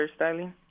hairstyling